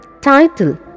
title